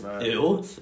ew